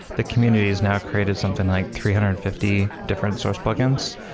the community has now created something like three hundred and fifty different source plugins.